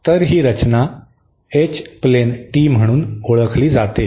तर ही रचना एच प्लेन टी म्हणून ओळखली जाते